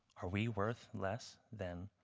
are we worth less than